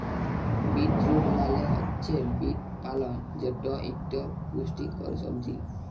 beet root মালে হছে beet পালং যেট ইকট পুষ্টিকর সবজি